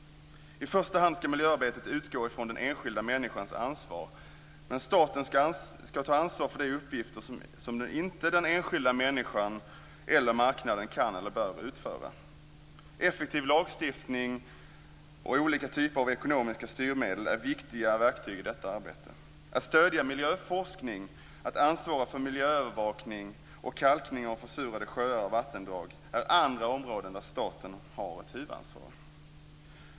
I första hand ska miljöarbetet utgå ifrån den enskilda människans ansvar, men staten ska ta ansvar för de uppgifter som inte den enskilda människan eller marknaden kan eller bör utföra. Effektiv lagstiftning och olika typer av ekonomiska styrmedel är viktiga verktyg i detta arbete. Att stödja miljöforskning, att ansvara för miljöövervakning och kalkning av försurade sjöar och vattendrag är andra områden där staten har ett huvudansvar.